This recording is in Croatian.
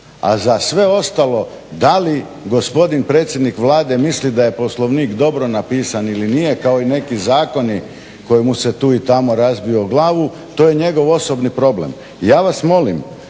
A za sve ostalo da li gospodin predsjednik Vlade misli da je Poslovnik dobro napisan ili nije kao i neki zakoni koji mu se tu i tamo razbiju o glavu, to je njegov osobni problem. Ja vas molim,